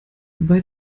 bei